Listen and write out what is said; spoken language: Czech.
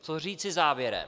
Co říci závěrem.